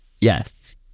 yes